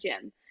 gym